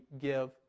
give